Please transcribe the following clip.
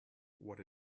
what